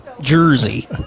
Jersey